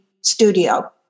studio